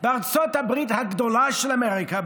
בארצות הברית של אמריקה,